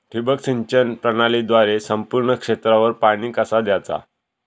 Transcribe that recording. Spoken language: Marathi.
ठिबक सिंचन प्रणालीद्वारे संपूर्ण क्षेत्रावर पाणी कसा दयाचा?